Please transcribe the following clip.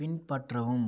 பின்பற்றவும்